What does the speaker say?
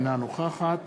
אינה נוכחת